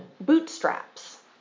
bootstraps